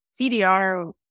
CDR